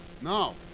No